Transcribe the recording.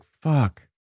fuck